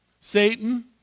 Satan